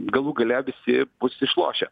galų gale visi bus išlošę